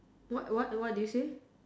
what what what did you say